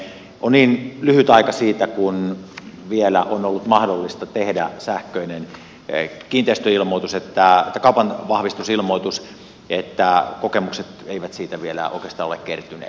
on vielä niin lyhyt aika kun on ollut mahdollista tehdä sähköinen kaupanvahvistusilmoitus että kokemukset eivät siitä vielä oikeastaan ole kertyneet